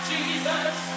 Jesus